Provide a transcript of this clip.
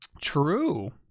true